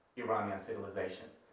iranian civilization.